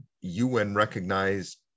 UN-recognized